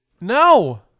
No